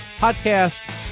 podcast